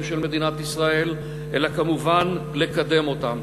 של מדינת ישראל אלא כמובן לקדם אותם.